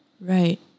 Right